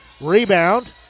Rebound